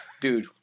Dude